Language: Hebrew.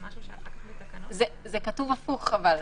אבל זה כתוב הפוך.